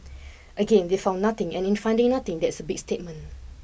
again they found nothing and in finding nothing that's a big statement